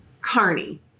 Carney